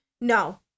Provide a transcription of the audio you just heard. no